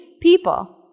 people